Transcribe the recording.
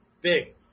Big